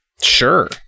Sure